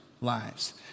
lives